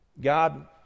God